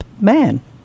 man